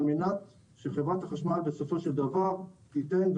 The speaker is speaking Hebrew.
על מנת שחברת החשמל בסופו של דבר תיתן,